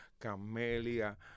Camelia